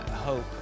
hope